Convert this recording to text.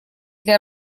для